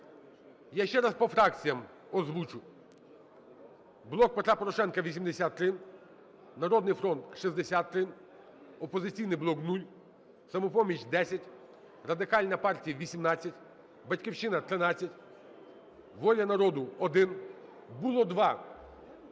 Я ще раз по фракціям озвучу. "Блок Петра Порошенка" – 83, "Народний фронт" – 63, "Опозиційний блок" – 0, "Самопоміч" – 10, Радикальна партія – 18, "Батьківщина" – 13, "Воля народу" – 1. Було 2.